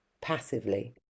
passively